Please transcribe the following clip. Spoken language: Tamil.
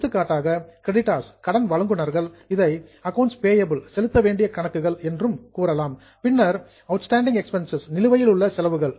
எடுத்துக்காட்டாக கிரெடிட்டார்ஸ் கடன் வழங்குநர்கள் இதை அக்கவுண்ட்ஸ் பேயபில் செலுத்த வேண்டிய கணக்குகள் என்றும் கூறலாம் பின்னர் அவுட்ஸ்டாண்டிங் எக்ஸ்பென்சஸ் நிலுவையிலுள்ள செலவுகள்